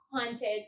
haunted